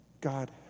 God